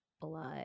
blood